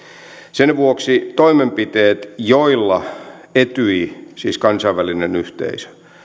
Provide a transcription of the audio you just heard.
sen vuoksi toimenpiteet joilla etyj siis kansainvälinen yhteisö